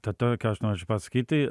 ta to ką aš noriu čia pasakyti